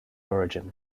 origin